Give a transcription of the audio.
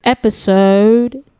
Episode